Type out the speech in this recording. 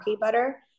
butter